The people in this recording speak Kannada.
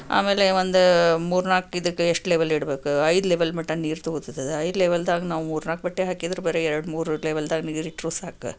ಆಮೇಲೆ ಒಂದು ಮೂರು ನಾಲ್ಕು ಇದಕ್ಕೆ ಎಷ್ಟು ಲೆವೆಲ್ ಇಡಬೇಕು ಐದು ಲೆವೆಲ್ ಮಟ್ಟ ನೀರು ತೊಗೋತದದು ಐದು ಲೆವೆಲ್ದಾಗ ನಾವು ಮೂರು ನಾಲ್ಕು ಬಟ್ಟೆ ಹಾಕಿದರೆ ಬರೀ ಎರಡು ಮೂರು ಲೆವೆಲ್ದಾಗ ನೀರು ಇಟ್ಟರೂ ಸಾಕು